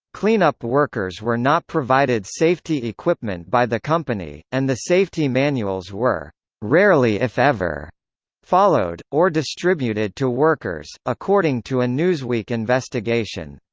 cleanup workers were not provided safety equipment by the company, and the safety manuals were rarely if ever followed, or distributed to workers, according to a newsweek investigation.